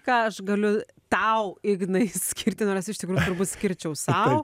ką aš galiu tau ignai skirti nors iš tikrųjų turbūt skirčiau sau